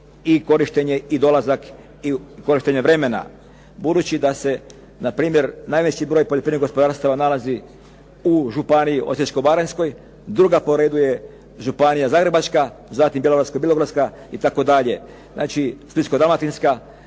i korištenje i dolazak i korištenje vremena, budući da se npr. najveći broj poljoprivrednih gospodarstava nalazi u Županiji Osječko-baranjskoj, druga po redu je Županija Zagrebačka, zatim Bjelovarsko-bilogorska itd. Znači, Splitsko-dalmatinska,